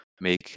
make